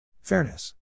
Fairness